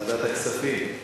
ועדת הכספים?